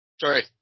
Sorry